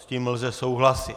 S tím lze souhlasit.